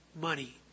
money